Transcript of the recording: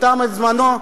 תם זמנו.